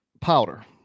powder